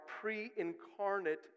pre-incarnate